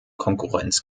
konkurrenz